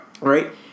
Right